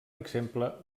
exemple